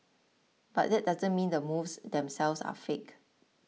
but that doesn't mean the moves themselves are fake